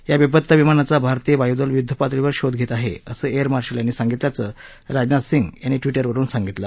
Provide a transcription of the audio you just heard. या बेपत्ता विमानाचा भारतीय वायुदल युद्धपातळीवर शोध घेत आहे असं एयर मार्शल यांनी सांगितल्याचं राजनाथ सिंह यांनी वि विरुवरून सांगितलं